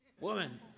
Woman